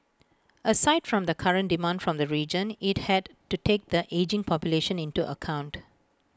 aside from the current demand from the region IT had to take the ageing population into account